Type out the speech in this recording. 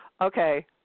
Okay